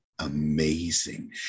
Amazing